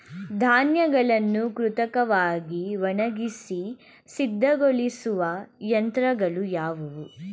ಧಾನ್ಯಗಳನ್ನು ಕೃತಕವಾಗಿ ಒಣಗಿಸಿ ಸಿದ್ದಗೊಳಿಸುವ ಯಂತ್ರಗಳು ಯಾವುವು?